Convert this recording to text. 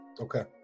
Okay